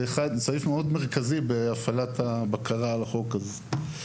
זה סעיף מאוד מרכזי בהפעלת הבקרה על החוק הזה,